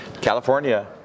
California